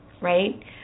right